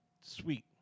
sweet